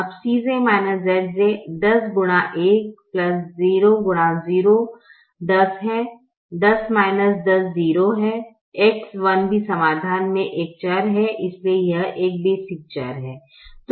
अब C1 Z1 10 है 10 10 0 है X1 भी समाधान में एक चर है इसलिए यह एक बेसिक चर है